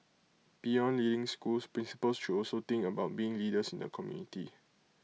beyond leading schools principals should also think about being leaders in the community